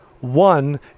One